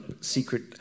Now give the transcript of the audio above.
secret